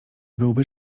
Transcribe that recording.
byłby